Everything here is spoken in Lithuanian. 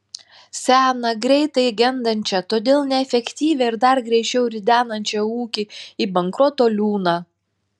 seną greitai gendančią todėl neefektyvią ir dar greičiau ridenančią ūkį į bankroto liūną